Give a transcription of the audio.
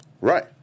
Right